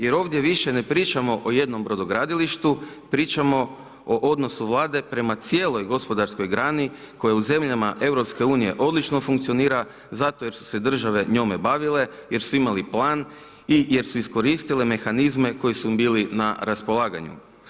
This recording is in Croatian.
Jer ovdje više ne pričamo o jednom brodogradilištu, pričamo o odnosu vlade prema cijeloj gospodarskoj grani koja u zemljama EU odlično funkcionira zato jer se države njome bavile, jer su imale plan i jer su iskoristile mehanizme koji su im bili na raspolaganju.